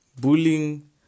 Bullying